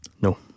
No